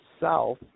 South